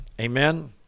Amen